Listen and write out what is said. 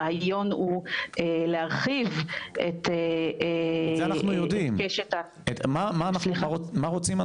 הרעיון הוא להרחיב את קשת --- מה רוצים,